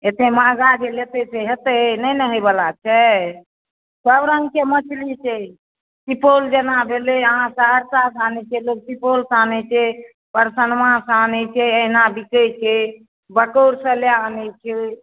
एतेक महगा जे लेतै से हेतै नहि ने होइवला छै सभरङ्गके मछली छै सुपौल जेना भेलै अहाँ सहरसासँ आनैत छियै लोक सुपौलसँ आनैत छै परसरमासँ आनैत छै एहिना बिकैत छै बकौरसँ लए आनैत छै